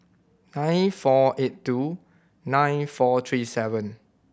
nine four eight two nine four three seven